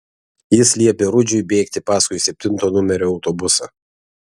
jis liepė rudžiui bėgti paskui septinto numerio autobusą